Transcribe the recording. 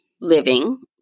living